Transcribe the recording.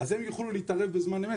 הם יוכלו להתערב בזמן אמת.